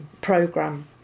program